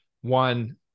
one